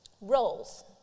roles